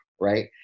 right